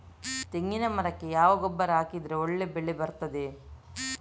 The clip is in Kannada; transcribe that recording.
ತೆಂಗಿನ ಮರಕ್ಕೆ ಯಾವ ಗೊಬ್ಬರ ಹಾಕಿದ್ರೆ ಒಳ್ಳೆ ಬೆಳೆ ಬರ್ತದೆ?